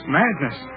madness